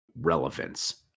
relevance